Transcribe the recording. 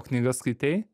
knygas skaitei